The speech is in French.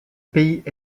pays